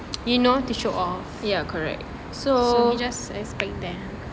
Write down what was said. ya correct so